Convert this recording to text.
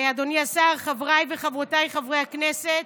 אדוני השר, חבריי וחברותיי חברי הכנסת,